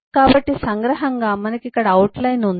కాబట్టి సంగ్రహంగా మనకు ఇక్కడ అవుట్ లైన్ ఉంది